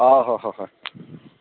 ꯑꯥ ꯍꯣꯏ ꯍꯣꯏ ꯍꯣꯏ